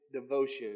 devotion